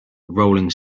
rolling